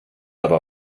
aber